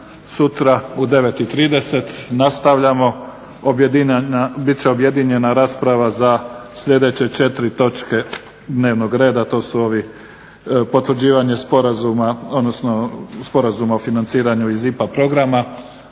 sutra u 9 i 30 nastavljamo, bit će objedinjena rasprava za sljedeće četiri točke dnevnog reda, to su ovi potvrđivanje sporazuma, odnosno sporazuma o financiranju iz IPA programa,